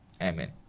Amen